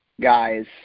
guys